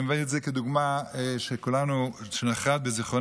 אני מביא את זה כדוגמה שנחרתה בזיכרוננו.